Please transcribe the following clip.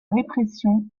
répression